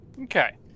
Okay